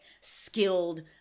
skilled